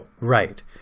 right